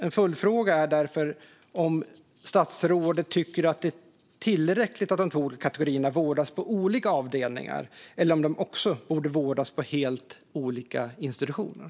En följdfråga är därför om statsrådet tycker att det är tillräckligt att ungdomar i de två olika kategorierna vårdas på olika avdelningar eller om de också borde vårdas på helt olika institutioner.